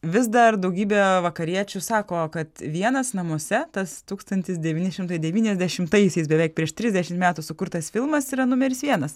vis dar daugybė vakariečių sako kad vienas namuose tas tūkstantis devyni šimtai devyniasdešimtaisiais beveik prieš trisdešim metų sukurtas filmas yra numeris vienas